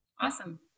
awesome